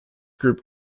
group